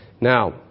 Now